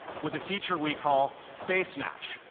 with a feature we call face match.